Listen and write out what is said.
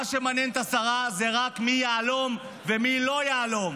מה שמעניין את השרה זה רק מי יהלום ומי לא יהלום.